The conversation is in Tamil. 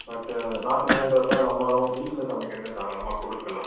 பட்டு அது நாட்டு நாயின்றப்போ நம்மளும் வீட்டில் சமைக்கிறதை தாராளமாக கொடுக்கலாம்